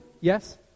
Yes